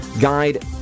guide